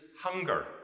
hunger